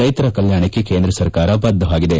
ರೈತರ ಕಲ್ವಾಣಕ್ಕೆ ಕೇಂದ್ರ ಸರ್ಕಾರ ಬದ್ದವಾಗಿದೆ